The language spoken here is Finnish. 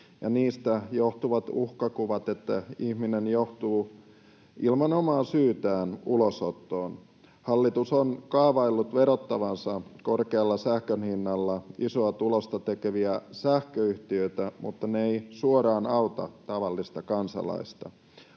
niistä johtuvat uhkakuvat, että ihminen joutuu ilman omaa syytään ulosottoon. Hallitus on kaavaillut verottavansa korkealla sähkönhinnalla isoa tulosta tekeviä sähköyhtiötä, mutta se ei suoraan auta tavallista kansalaista.